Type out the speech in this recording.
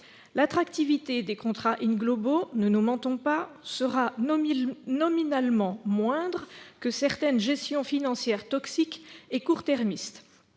L'attractivité des contrats In Globo- ne nous mentons pas -sera nominalement moindre que certaines gestions financières toxiques et court-termistes.